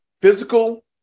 physical